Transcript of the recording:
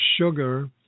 sugar